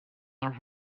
are